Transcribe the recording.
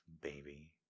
baby